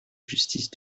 justice